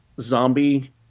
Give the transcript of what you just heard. zombie